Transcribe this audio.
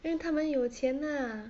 因为他们有钱呐